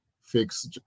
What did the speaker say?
fix